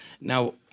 Now